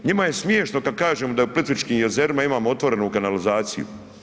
Njima je smiješno kad kažemo da u Plitvičkim jezerima imamo otvorenu kanalizaciju.